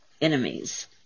enemies